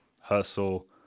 hustle